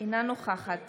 אינה נוכחת